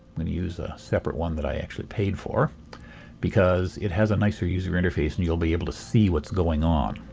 going to use a separate one that i actually paid for because it has a nicer user interface and you'll be able to see what's going on.